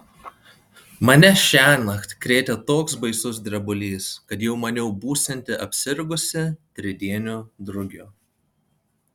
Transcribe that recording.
mane šiąnakt krėtė toks baisus drebulys kad jau maniau būsianti apsirgusi tridieniu drugiu